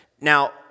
Now